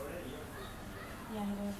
ya he don't have to eh how you know